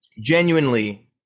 genuinely